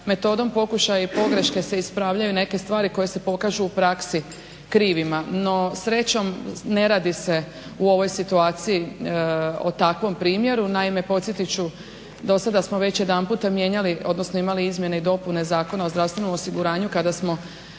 metodom pokušaja i pogreške se ispravljaju neke stvari koje se pokažu u praksi krivima. No srećom ne radi se u ovoj situaciji o takvom primjeru. Naime, podsjetit ću do sada smo već jedanput mijenjali odnosno imali izmjene i dopune Zakona o zdravstvenom osiguranju kada smo